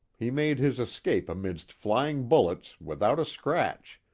he made his escape amidst flying bullets, without a scratch,